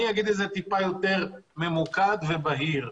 אני אגיד את זה טיפה יותר ממוקד ובהיר.